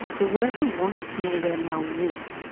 the worker wants to know where mel lives